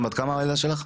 בת כמה הילדה שלך?